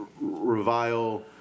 revile